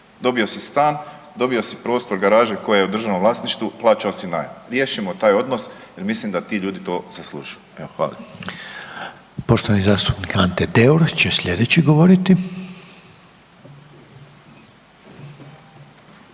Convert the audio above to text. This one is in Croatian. Dobio si stan, dobio si prostor garaže koja je u državnom vlasništvu, plaćao si najam. Riješimo taj odnos jer mislim da ti ljudi to zaslužuju. Evo, hvala. **Reiner, Željko (HDZ)** Poštovani zastupnik Ante Deur će slijedeći govoriti.